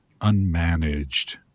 unmanaged